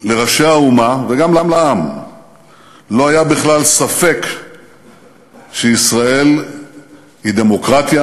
לראשי האומה וגם לעם לא היה בכלל ספק שישראל היא דמוקרטיה,